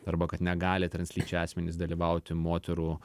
arba kad negali translyčiai asmenys dalyvauti moterų